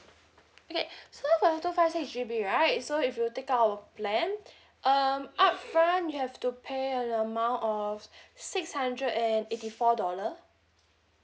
okay so for two five six G_B right so if you take up our plan um upfront you'll have to pay an amount of six hundred and eighty four dollar